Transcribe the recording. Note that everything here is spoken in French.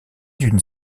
d’une